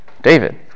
David